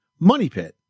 MONEYPIT